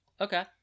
okay